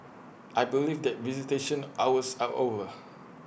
I believe that visitation hours are over